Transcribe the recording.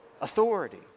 Authority